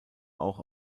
auch